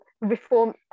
reform